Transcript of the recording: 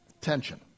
tension